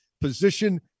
position